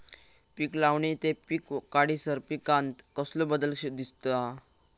पीक लावणी ते पीक काढीसर पिकांत कसलो बदल दिसता?